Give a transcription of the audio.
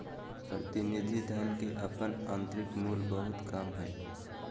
प्रतिनिधि धन के अपन आंतरिक मूल्य बहुत कम हइ